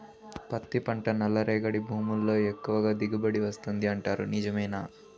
పత్తి పంట నల్లరేగడి భూముల్లో ఎక్కువగా దిగుబడి వస్తుంది అంటారు నిజమేనా